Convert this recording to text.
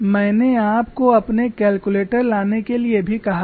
मैंने आपको अपने कैलकुलेटर लाने के लिए भी कहा है